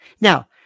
Now